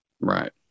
right